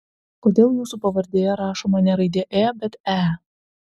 kodėl jūsų pavardėje rašoma ne raidė ė bet e